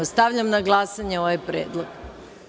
Stavljam na glasanje ovaj predlog.